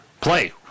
play